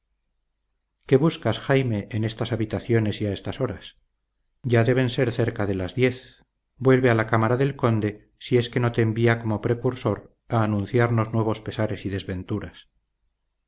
qué buscas jaime en estas habitaciones y a estas horas ya deben ser cerca de las diez vuelve a la cámara del conde si es que no te envía como precursor a anunciarnos nuevos pesares y desventuras